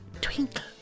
twinkle